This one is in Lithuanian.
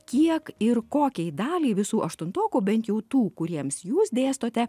kiek ir kokiai daliai visų aštuntokų bent jau tų kuriems jūs dėstote